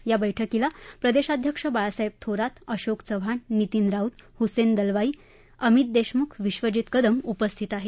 या बक्रिकीला प्रदेशाध्यक्ष बाळासाहेब थोरात अशोक चव्हाण नितीन राऊत हुसेन दलवाई अमित देशमुख विश्वजीत कदम उपस्थित आहेत